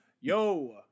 yo